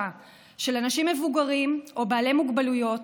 של אנשים מבוגרים או בעלי מוגבלויות,